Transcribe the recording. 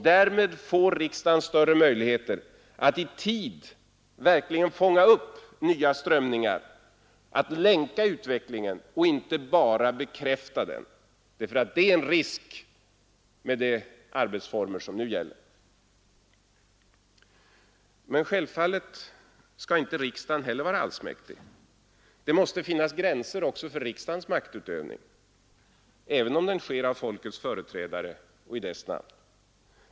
Därmed får riksdagen större möjligheter att i tid verkligen fånga upp nya strömningar, att länka utvecklingen och inte bara bekräfta den. Här finns en risk med de arbetsformer som nu gäller. Men självfallet skall inte heller riksdagen vara allsmäktig. Det måste finnas gränser också för riksdagens maktutövning, även om den sker av folkets företrädare och i dess namn.